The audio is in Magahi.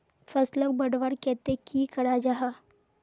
फसलोक बढ़वार केते की करा जाहा?